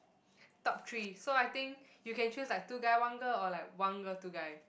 top three so I think you can choose like two guy one girl or like one girl two guy